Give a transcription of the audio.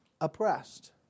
oppressed